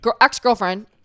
ex-girlfriend